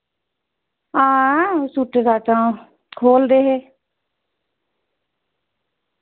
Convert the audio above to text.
हां सूटें दा खोलदे हे